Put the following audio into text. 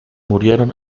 murieron